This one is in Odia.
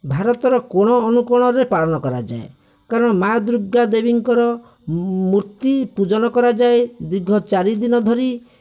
ଭାରତରେ କୋଣ ଅନୁକୋଣରେ ପାଳନ କରାଯାଏ କାରଣ ମା' ଦୂର୍ଗା ଦେବୀଙ୍କର ମୂର୍ତ୍ତି ପୂଜନ କରାଯାଏ ଦୀର୍ଘ ଚାରିଦିନ ଧରି